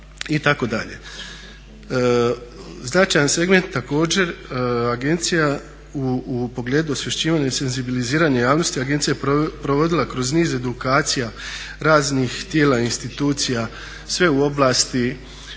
portala itd. Značajan segment također agencija u pogledu osvješćivanja i senzibiliziranja javnosti agencija je provodila kroz niz edukacija raznih tijela institucija, sve u oblasti